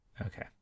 Okay